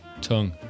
tongue